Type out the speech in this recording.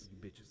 bitches